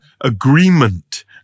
agreement